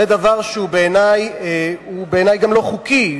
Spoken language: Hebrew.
זה דבר שהוא בעיני גם לא חוקי,